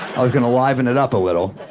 i was gonna liven it up a little.